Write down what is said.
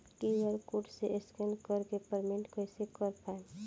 QR code से scan कर के पेमेंट कइसे कर पाएम?